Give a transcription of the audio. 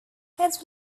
heads